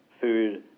food